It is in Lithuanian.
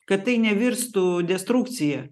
kad tai nevirstų destrukcija